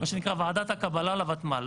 ועדת הקבלה לוותמ"ל.